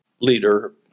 leader